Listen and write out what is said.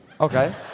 Okay